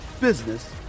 business